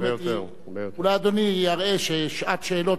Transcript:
אולי אדוני יראה ששעת שאלות לשר היא,